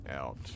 out